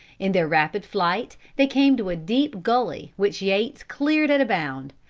in their rapid flight they came to a deep gulley which yates cleared at a bound,